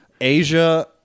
asia